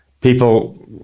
people